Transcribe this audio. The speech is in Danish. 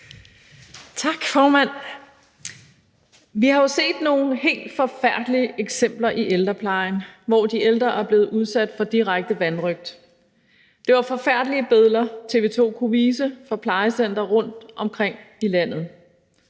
Tak, formand. Vi har jo set nogle helt forfærdelige eksempler i ældreplejen, hvor de ældre er blevet udsat for direkte vanrøgt. Det var forfærdelige billeder, som TV 2 kunne vise fra plejecentre rundtomkring i landet.